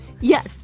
Yes